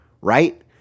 right